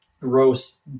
gross